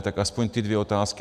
Tak aspoň ty dvě otázky.